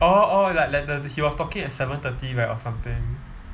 oh oh like like the he was talking at seven thirty right or something